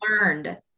learned